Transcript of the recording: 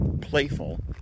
playful